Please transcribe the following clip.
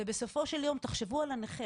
ובסופו של יום, תחשבו על הנכה.